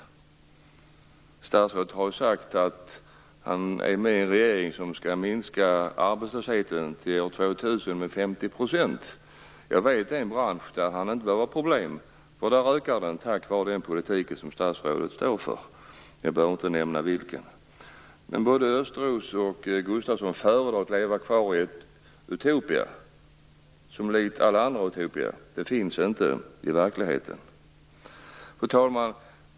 Statsrådet har sagt att han är med i en regeringen som skall minska arbetslösheten med 50 % till år 2000. Jag vet en bransch där han inte har några problem, en bransch där sysselsättningen ökar tack vare den politik som statsrådet står för. Jag behöver inte nämna vilken. Både Östros och Gustafsson föredrar att leva kvar i ett utopia som likt alla andra utopier inte finns i verkligheten. Fru talman!